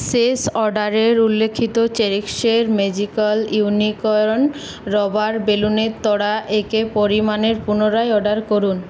শেষ অর্ডারে উল্লিখিত চেরিশএক্স ম্যাজিকাল ইউনিকর্ন রবার বেলুনের তোড়া একই পরিমাণে পুনরায় অর্ডার করুন